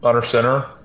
center